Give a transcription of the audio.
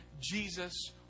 Jesus